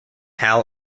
hal